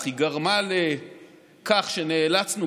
היא גרמה לכך שנאלצנו,